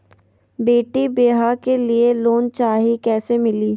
बेटी ब्याह के लिए लोन चाही, कैसे मिली?